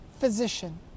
physician